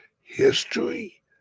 history